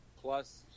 Plus